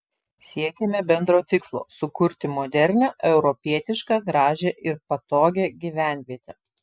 siekėme bendro tikslo sukurti modernią europietišką gražią ir patogią gyvenvietę